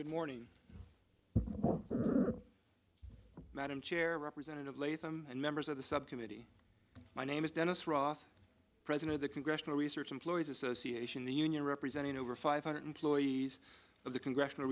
good morning madam chair representative liaison and members of the subcommittee my name is dennis ross the congressional research employees association the union representing over five hundred employees of the congressional